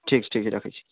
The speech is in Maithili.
ठीक छै ठीक छै राखै छी